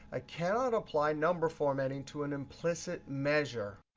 i cannot apply number formatting to an implicit measure.